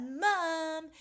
mom